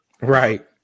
right